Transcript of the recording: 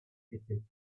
cities